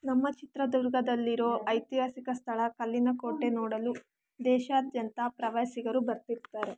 ನಮ್ಮ ಚಿತ್ರದುರ್ಗದಲ್ಲಿರೊ ಐತಿಹಾಸಿಕ ಸ್ಥಳ ಕಲ್ಲಿನ ಕೋಟೆ ನೋಡಲು ದೇಶಾದ್ಯಂತ ಪ್ರವಾಸಿಗರು ಬರ್ತಿರ್ತಾರೆ